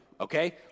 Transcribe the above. okay